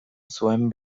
zuen